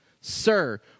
Sir